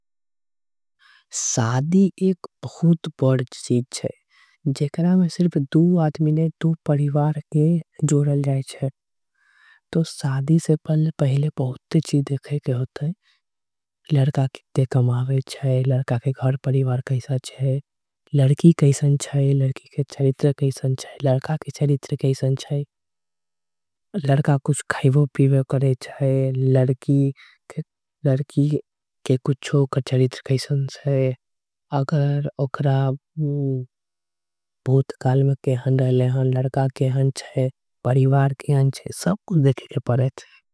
शादी एक बहुत बड़का चीज़ छे एकरा से न ही दु आदमी। बल्कि परिवार ज़ुडल जाई छे शादी से पहिले बहुत चीज देखे के होथे लड़का कितना कमावे छे लड़का का करे छे। लड़की कैसन छे लड़की के चरित्र कैसन छे लड़का कुछ। ख़ैबो पिबो छे लड़की के कुछो चरित्र कैसन छे अगर ओकर भूतकाल कैसन छे सब ल देखे के परे छे।